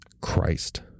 Christ